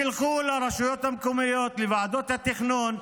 תלכו לרשויות המקומיות, לוועדות התכנון,